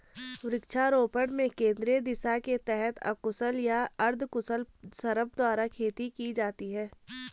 वृक्षारोपण में केंद्रीय दिशा के तहत अकुशल या अर्धकुशल श्रम द्वारा खेती की जाती है